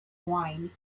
wine